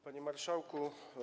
Panie Marszałku!